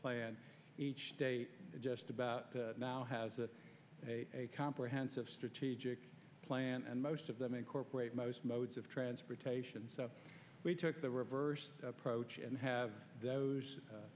plan each day just about now has a comprehensive strategic plan and most of them incorporate most modes of transportation so we took the reverse approach and have those